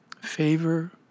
favor